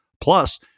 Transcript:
plus